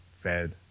fed